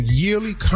yearly